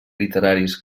literaris